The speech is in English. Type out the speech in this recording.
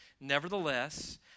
Nevertheless